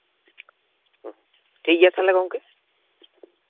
ᱴᱷᱤᱠ ᱜᱮᱭᱟ ᱛᱟᱦᱚᱞᱮ ᱜᱚᱢᱠᱮ